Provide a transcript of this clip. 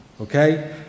okay